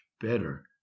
better